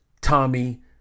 Tommy